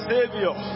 Savior